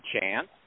chance